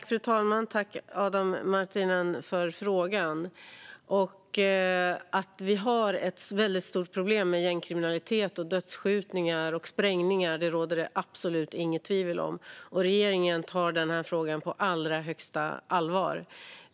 Fru talman! Jag tackar Adam Marttinen för frågan. Att det finns ett stort problem med gängkriminalitet, dödsskjutningar och sprängningar råder det absolut inget tvivel om. Regeringen tar den frågan på allra högsta allvar.